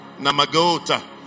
namagota